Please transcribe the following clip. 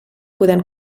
podent